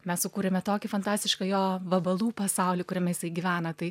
mes sukūrėme tokį fantastišką jo vabalų pasaulį kuriame jisai gyvena tai